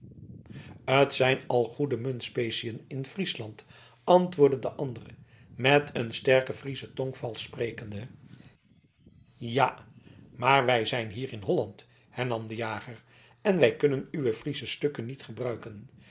t zijn al goede muntspeciën in friesland antwoordde de andere met een sterken frieschen tongval sprekende ja maar wij zijn hier in holland hernam de jager en wij kunnen uwe friesche stukken niet gebruiken